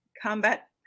combat